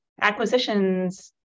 acquisitions